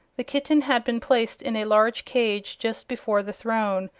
the kitten had been placed in a large cage just before the throne,